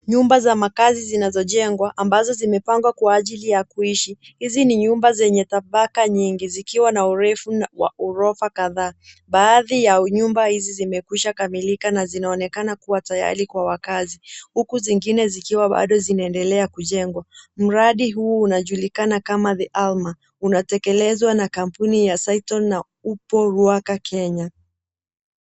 Nyumba za makazi zinazojengwa ambazo zimepangwa kwa ajili ya kuishi. Hizi ni nyumba zenye tabaka nyingi, zikiwa na urefu wa ghorofa kadhaa. Baadhi ya nyumba hizi zimekwisha kamilika na zinaonekana kuwa tayari kwa wakaazi, huku zingine zikiwa bado zinaendelea kujengwa. Mradi huu unajulikana kama The Alma , unatekelezwa na kampuni ya Cytonn na upo Ruaka, Kenya.